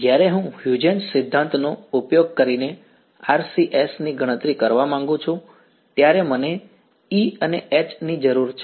જ્યારે હું હ્યુજેન્સ સિદ્ધાંતનો ઉપયોગ કરીને RCS ની ગણતરી કરવા માંગુ છું ત્યારે મને E અને H ની જરૂર છે